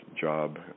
job